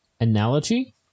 Analogy